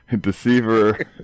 deceiver